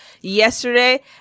yesterday